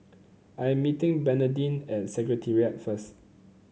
I'm meeting Bernardine at Secretariat first